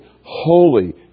holy